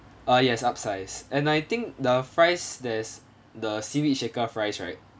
uh yes upsize and I think the fries there's the seaweed shaker fries right